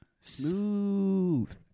Smooth